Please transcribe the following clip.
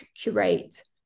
curate